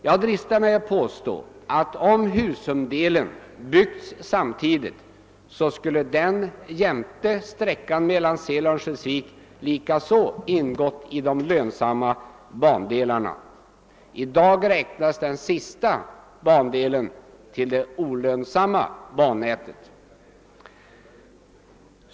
Jag dristar mig till att påstå att om Husumdelen byggts samtidigt skulle den jämte sträckan Mellan sel-Örnsköldsvik ha tillhört de lönsamma bandelarna. I dag räknas den sistnämnda sträckan till det olönsamma bannätet.